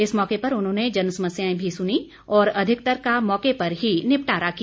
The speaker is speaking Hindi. इस मौके पर उन्होंने जनसमस्याएं भी सुनी और अधिकतर का मौके पर ही निपटारा किया